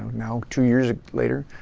now two years later,